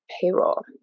payroll